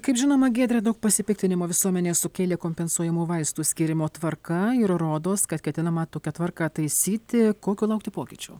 kaip žinoma giedre daug pasipiktinimo visuomenėj sukėlė kompensuojamų vaistų skyrimo tvarka ir rodos kad ketinama tokią tvarką taisyti kokių laukti pokyčių